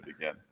again